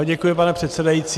Děkuji, pane předsedající.